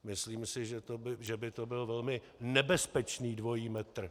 Myslím si, že by to byl velmi nebezpečný dvojí metr.